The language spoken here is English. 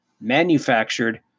manufactured